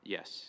Yes